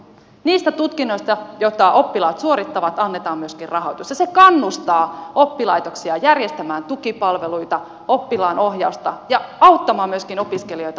niistä tutkinnoista joita oppilaat suorittavat annetaan myöskin rahoitus ja se kannustaa oppilaitoksia järjestämään tukipalveluita oppilaanohjausta ja auttamaan myöskin opiskelijoita valmistumaan